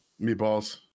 Meatballs